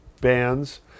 bands